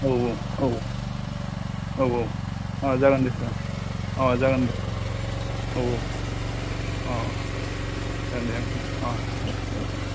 औ औ औ जागोन दे सार अ जागोन दे औ औ अ जागोन दे सार अह देह देह